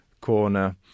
corner